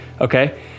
Okay